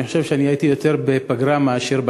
אני חושב שהייתי יותר בפגרה מאשר בכנסת,